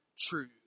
true